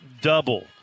double